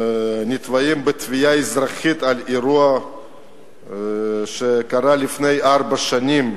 נתבעים תביעה אזרחית על אירוע שקרה לפני ארבע שנים.